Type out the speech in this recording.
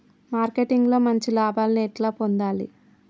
Marketing లో మంచి లాభాల్ని ఎట్లా పొందాలి?